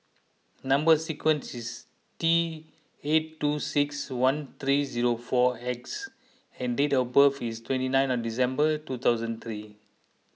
Number Sequence is T eight two six one three zero four X and date of birth is twenty nine on December two thousand three